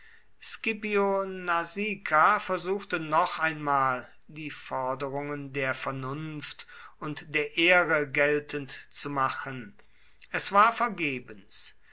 nasica versuchte noch einmal die forderungen der vernunft und der ehre geltend zu machen es war vergebens